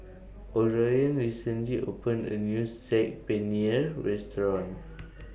Orion recently opened A New Saag Paneer Restaurant